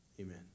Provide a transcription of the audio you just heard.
Amen